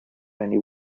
only